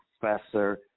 professor